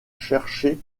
cherché